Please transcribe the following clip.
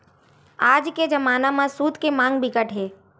आज के जमाना म सूत के मांग बिकट हे